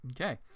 Okay